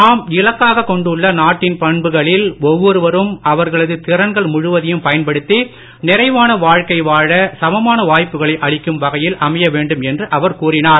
நாம் இலக்காக கொண்டுள்ள நாட்டின் பண்புகளில் ஒவ்வொருவரும் அவர்களது திறன்கள் முழுவதையும் பயன்படுத்தி நிறைவான வாழ்க்கை வாழ சமமான வாய்ப்புகளை அளிக்கும் வகையில் அமைய வேண்டும் என்று அவர் கூறினார்